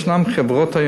יש היום חברות,